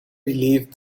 relief